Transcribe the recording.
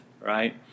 right